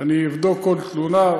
אני אבדוק כל תלונה,